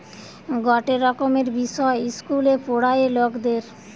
গটে রকমের বিষয় ইস্কুলে পোড়ায়ে লকদের